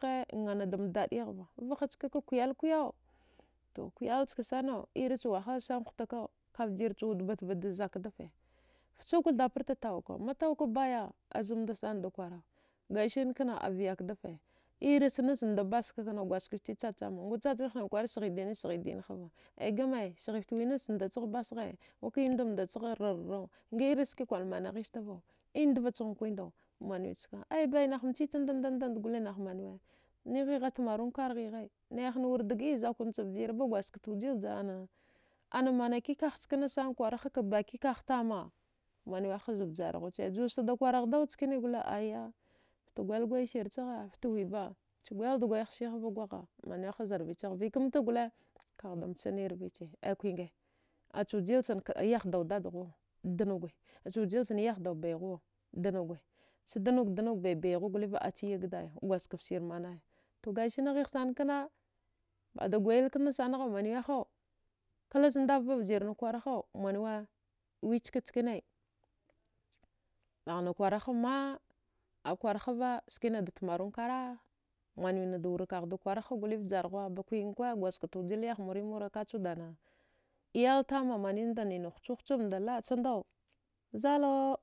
Ghe nganadam daəighva vahaskaka kuyal kuyau to kwalchkasanau irich wahalsana hutakau kavjirwud batbatda zakdafe fchuka thabarta tauka matauka baya azamdasanda kwara gasinan kna azyakdafe irachnachnda baska kna gwadjgaft titkw chachama bgawud chacham hni kwara sghi dine sghidin hava aigama sghiftwi nachndachagh basghe yaudamda chagha rarra nga irich skne kwal managhistava indvachaghan kwindau manwiska aya baya nah mchichnda dandan gole nahmanwe nihiha tmarun kar ghighai nahana wura dagəi zakoncha vjir aiba gwadjgaft wujil ana manakikagh chkansana kwaraha kbakikagh tama manwe haz vjarghuce justada kwaraghdau skine gole aya fta kwayilkwai sirchagha ftawiba chagwayalda gwayath sihva gwagha manwe hazrvichagha vəikamta gole ghaghda mchani rviche aya kwinge acha wujilchan yahdau dadghuwa dnuge achaujilchan yahdau baighuwa dnuge changude dgnug baibaihuwa goliva acha yagdaya gwadjgaftsir manaya gasinan ghighsana kna ada gwalyal knasagha manwiyahau klachdafva vjirna kwara hau wanwe wiska chkanee baghna kwara hamma akakwara havva bgaghna tmarun kara manwinada wurakaghda kwara ha gole vjarghwa ba kwingkwa bagwadjgaft wujil yahmuri mura kachud ana iyal tamau manwi zuda nina huchuchamda laə chandau zalau